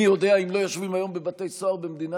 מי יודע אם לא יושבים היום בבתי סוהר במדינת